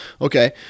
Okay